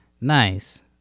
Nice